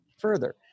further